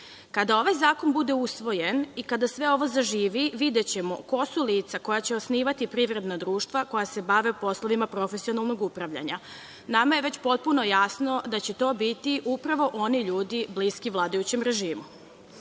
Kada ovaj zakon bude usvojen i kada sve ovo zaživi videćemo ko su lica koja će osnivati privredna društva koja se bave poslovima profesionalnog upravljanja. Nama je već potpuno jasno da će to biti upravo oni ljudi bliski vladajućem režimu. Dalje,